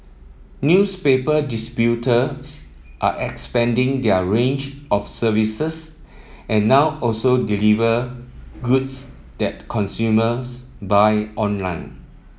newspaper are expanding their range of services and now also deliver goods that consumers buy online